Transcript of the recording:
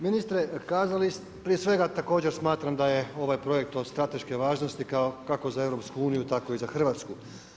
Ministre, prije svega također smatram da je ovaj projekt od strateške važnosti kako za EU, tako i za Hrvatsku.